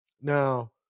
Now